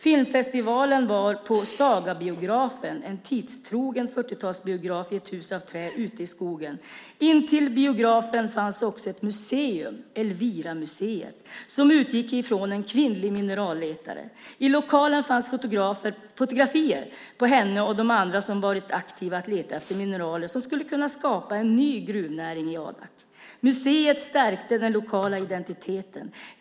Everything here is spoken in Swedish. Filmfestivalen var på Sagabiografen som var en tidstrogen 40-talsbiograf i ett hus av trä ute i skogen. Intill biografen fanns också ett museum, Elviramuseet, till minne av en kvinnlig mineralletare. I lokalen fanns fotografier på henne och andra som var aktiva i att leta efter mineraler som skulle kunna skapa en ny gruvnäring i Adak. Museet stärkte den lokala identiteten.